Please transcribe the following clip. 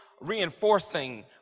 reinforcing